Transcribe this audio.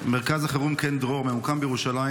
מרכז החירום "קן דרור" ממוקם בירושלים